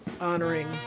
honoring